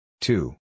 two